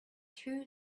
two